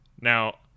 Now